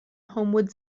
homewood